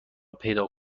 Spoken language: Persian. پیدا